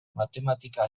matematika